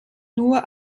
nur